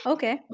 Okay